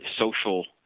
social